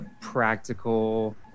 practical